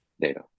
data